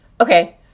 Okay